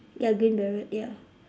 ya green beret ya